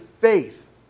faith